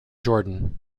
jordan